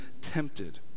tempted